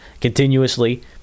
continuously